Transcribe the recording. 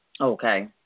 Okay